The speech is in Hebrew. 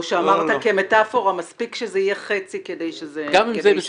או שאמרת כמטאפורה שמספיק שזה יהיה חצי כדי שזה יהיה.